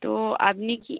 তো আপনি কি